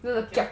kiap kiap